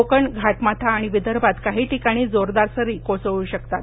कोकण घाटमाथा आणि विदर्भात काही ठिकाणी जोरदार सरी कोसळू शकतात